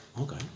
Okay